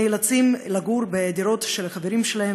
נאלצים לגור בדירות של החברים שלהם